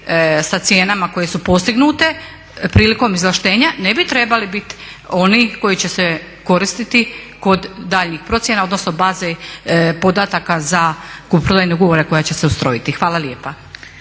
sa cijenama koje su postignute prilikom izvlaštenja ne bi trebali bit oni koji će se koristiti kod daljnjih procjena, odnosno baze podataka za kupoprodajnog ugovora koja će se ustrojiti. Hvala lijepa.